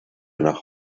nach